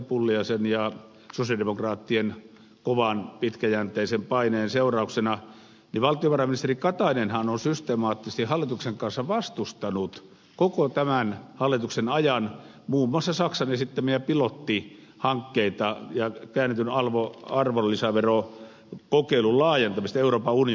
pulliaisen ja sosiaalidemokraattien kovan pitkäjänteisen paineen seurauksena että valtiovarainministeri katainenhan on systemaattisesti hallituksen kanssa vastustanut koko tämän hallituksen ajan muun muassa saksan esittämiä pilottihankkeita ja käännetyn arvonlisäverokokeilun laajentamista euroopan unionissa